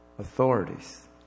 Authorities